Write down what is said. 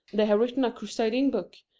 they have written a crusading book,